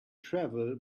travel